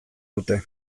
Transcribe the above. dute